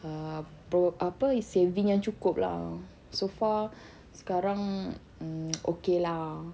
err pro~ apa saving yang cukup lah so far sekarang hmm okay lah